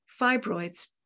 fibroids